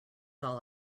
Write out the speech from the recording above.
all